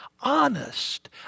honest